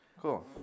Cool